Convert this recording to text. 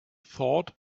thought